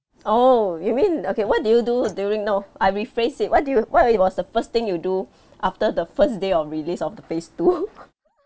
oh you mean okay what did you do during no I rephrase it what did you what y~ was the first thing you do after the first day of release of the phase two